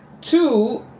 Two